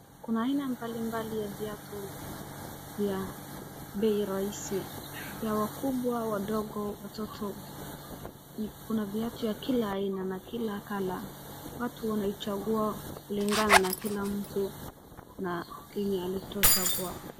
Kuna aina mbalimbali ya viatu ya bei rahisi, ya wakubwa , wadogo watoto ni kuna viatu ya kila aina na kila colour watu wanaichagua kulingana na kila mtu na kenye alicho chagua.